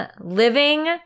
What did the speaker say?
living